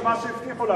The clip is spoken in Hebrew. מה שהבטיחו לה,